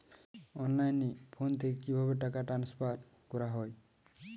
অনলাইনে ফোন থেকে কিভাবে টাকা ট্রান্সফার করা হয়?